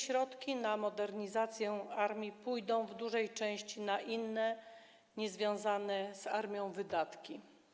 Środki na modernizację armii pójdą w dużej części na inne, niezwiązane z armią wydatki.